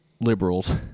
liberals